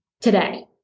today